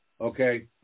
Okay